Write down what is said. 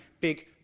big